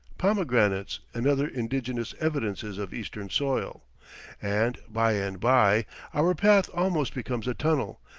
pomegranates, and other indigenous evidences of eastern soil and by and by our path almost becomes a tunnel,